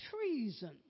treason